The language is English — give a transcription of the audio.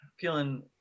feeling